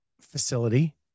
facility